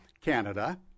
Canada